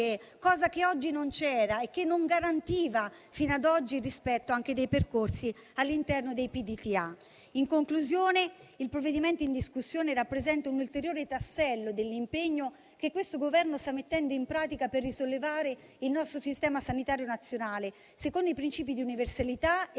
cosa che ad oggi non c'era e che non si garantiva fino ad oggi il rispetto anche dei percorsi diagnostico-terapeutici assistenziali (PDTA). In conclusione, il provvedimento in discussione rappresenta un ulteriore tassello dell'impegno che questo Governo sta mettendo in pratica per risollevare il nostro Sistema sanitario nazionale secondo i princìpi di universalità, eguaglianza